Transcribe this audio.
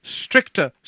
stricter